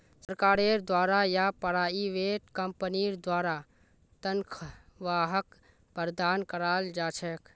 सरकारेर द्वारा या प्राइवेट कम्पनीर द्वारा तन्ख्वाहक प्रदान कराल जा छेक